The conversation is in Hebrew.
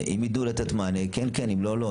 אם יידעו לתת מענה אז כן, אם לא אז לא.